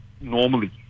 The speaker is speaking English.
normally